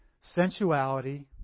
Sensuality